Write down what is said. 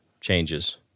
changes